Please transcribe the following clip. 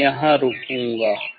मैं यहां रुकूंगा